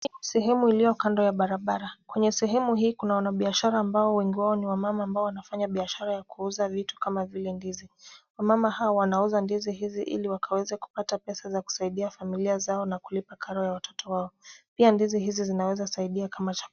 Sehemu iliyo kando ya barabara. Kwenye sehemu hii kuna wanabiashara ambao wengi wao ni wamama ambao wanafanya biashara ya kuuza vitu kama vile ndizi. Wamama hao wanauza ndizi hizi ili wakaweze kupata pesa za kusaidia familia zao na kulipa karo ya watoto wao. Pia ndizi hizi zinaweza saida kama cha...